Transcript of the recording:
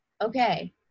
okay